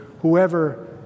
whoever